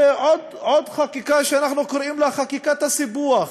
עוד חקיקה שאנחנו קוראים לה "חקיקת הסיפוח".